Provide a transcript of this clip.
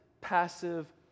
passive